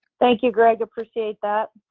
thank you greg. appreciate that.